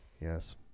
Yes